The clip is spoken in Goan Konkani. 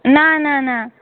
ना ना ना